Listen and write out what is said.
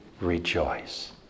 rejoice